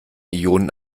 ionen